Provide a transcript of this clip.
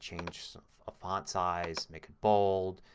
change sort of a font size. make it bold.